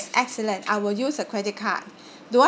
excellent I will use a credit card do I